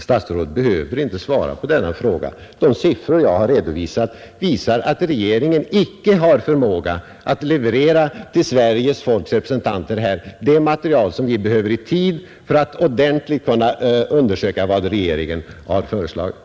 Statsrådet behöver inte svara på den frågan. De siffror jag har angivit visar att regeringen icke har förmåga att till Sveriges folks representanter här leverera det material som vi behöver i tid för att ordentligt kunna undersöka vad regeringen har föreslagit.